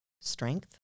strength